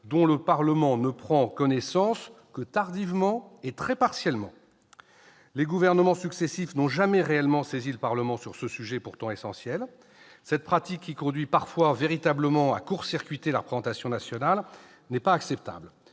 dont le Parlement ne prend connaissance que tardivement et très partiellement. Les gouvernements successifs n'ont jamais réellement saisi le Parlement sur ce sujet pourtant essentiel. Cette pratique, qui conduit parfois à véritablement « court-circuiter » la représentation nationale, n'est pas acceptable.